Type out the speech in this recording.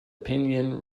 pinyin